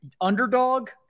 underdog